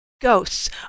Ghosts